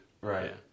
Right